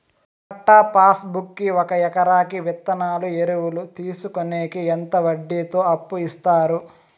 పట్టా passbook కి ఒక ఎకరాకి విత్తనాలు, ఎరువులు తీసుకొనేకి ఎంత వడ్డీతో అప్పు ఇస్తారు?